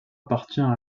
appartient